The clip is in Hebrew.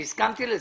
אני הסכמתי לזה.